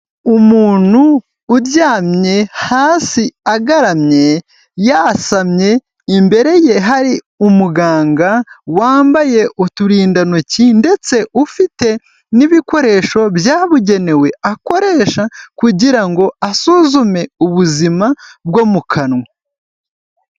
Umuntu uryamye hasi agaramye yasamye, imbere ye hari umuganga wambaye uturindantoki ndetse ufite n'ibikoresho byabugenewe akoresha kugira ngo asuzume ubuzima bwo mu kanwa.